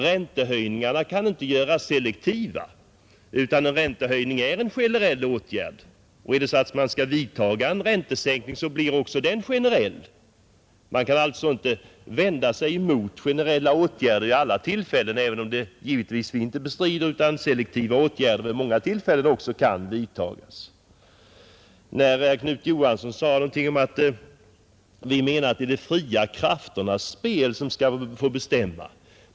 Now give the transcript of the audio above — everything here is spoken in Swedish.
Räntehöjningarna kan inte göras selektiva. En räntehöjning är en generell åtgärd, och skall man genomföra en räntesänkning blir också den generell. Man kan alltså inte vända sig mot generella åtgärder vid alla tillfällen, även om vi givetvis inte bestrider att även selektiva åtgärder många gånger kan vidtagas. Herr Knut Johansson i Stockholm gjorde gällande att vi menar att det är de fria krafternas spel som skall få bestämma.